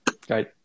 great